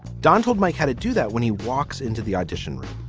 donald mike how to do that when he walks into the audition room.